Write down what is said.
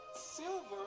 silver